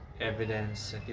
evidence